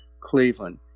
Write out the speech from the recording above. Cleveland